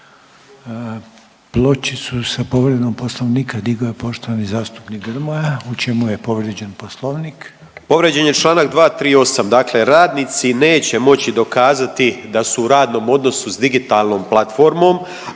Pločicu sa povredom Poslovnika digao je poštovani zastupnik Grmoja. U čemu je povrijeđen Poslovnik? **Grmoja, Nikola (MOST)** Povrijeđen je čl. 238., dakle radnici neće moći dokazati da su u radnom odnosu s digitalnom platformom,